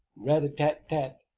rat-a-tat-tat-tat,